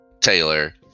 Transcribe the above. Taylor